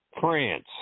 France